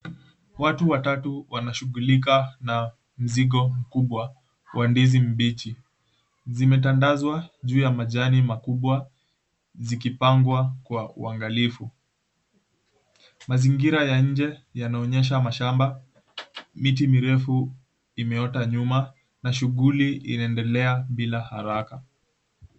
Watu watatu wanashughulika na mzigo kubwa wa ndizi mbichi zimetandazwa juu ya majani makubwa zikipangwa kwa uangalifu. Mazingira ya nje yanaonyesha mashamba, miti mirefu imeota nyuma na shughuli inaendelea bila haraka.